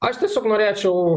aš tiesiog norėčiau